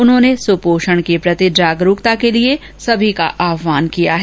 उन्होंने सुपोषण के प्रति जागरुकता के लिए सभी लोगों का आहवान किया है